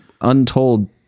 untold